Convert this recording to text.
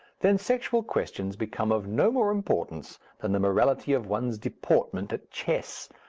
then sexual questions become of no more importance than the morality of one's deportment at chess,